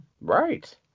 Right